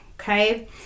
okay